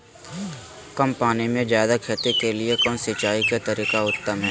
कम पानी में जयादे खेती के लिए कौन सिंचाई के तरीका उत्तम है?